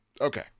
Okay